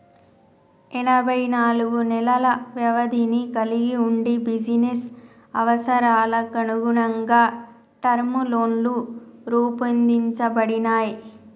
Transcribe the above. ఎనబై నాలుగు నెలల వ్యవధిని కలిగి వుండి బిజినెస్ అవసరాలకనుగుణంగా టర్మ్ లోన్లు రూపొందించబడినయ్